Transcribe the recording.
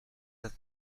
that